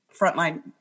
frontline